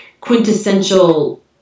quintessential